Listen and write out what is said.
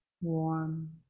warm